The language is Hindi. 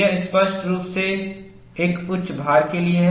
यह स्पष्ट रूप से एक उच्च भार के लिए है